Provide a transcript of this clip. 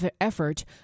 effort